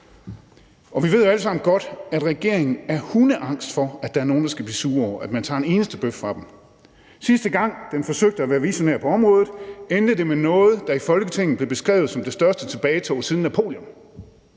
Vi ved jo alle sammen godt, at regeringen er hundeangst for, om der er nogle, der kan blive sure over, at man tager en eneste bøf fra dem. Sidste gang den forsøgte at være visionær på området, endte det med noget, der i Folketinget blev beskrevet som det største tilbagetog siden Napoleon.